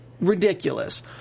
ridiculous